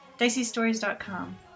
diceystories.com